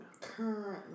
Currently